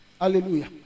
hallelujah